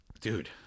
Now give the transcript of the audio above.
dude